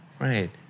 Right